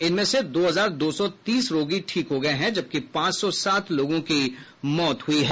इनमें से दो हजार दो सौ तीस रोगी ठीक हो गए हैं जबकि पांच सौ सात लोगों की मौत हो गई है